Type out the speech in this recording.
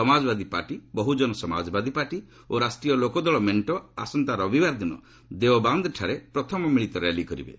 Samajwadi party Bahujan Samajwadi party ଓ ରାଷ୍ଟ୍ରୀୟ ଲୋକଦଳ ମେଣ୍ଟ ଆସନ୍ତା ରବିବାର ଦିନ ଦେଓବାନ୍ଦଠାରେ ପ୍ରଥମ ମିଳିତ ର୍ୟାଲି କରିବେ